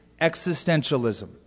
existentialism